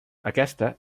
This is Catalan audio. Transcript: aquesta